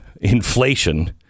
inflation